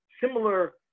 similar